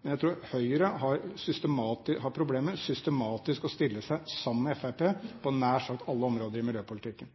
Men jeg tror Høyre har problemer med systematisk å stille seg sammen med Fremskrittspartiet på nær sagt alle områder i miljøpolitikken.